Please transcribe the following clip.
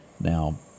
Now